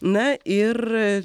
na ir